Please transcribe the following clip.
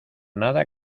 nada